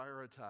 prioritize